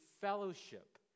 fellowship